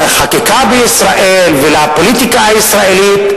ולחקיקה בישראל ולפוליטיקה הישראלית.